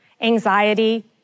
anxiety